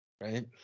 Right